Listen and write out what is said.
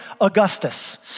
Augustus